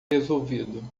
resolvido